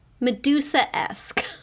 Medusa-esque